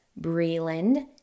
Breland